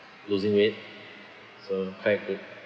losing weight so quite good